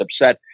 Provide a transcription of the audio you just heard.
upset